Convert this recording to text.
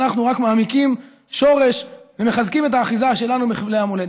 ואנחנו רק מעמיקים שורש ומחזקים את האחיזה שלנו בחבלי המולדת.